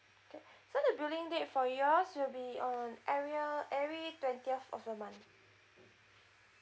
okay so the billing date for yours will be on every every twentieth of the month